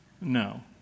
No